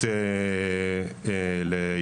הוא לא כבעבר.